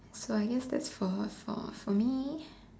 so I guess that's for for me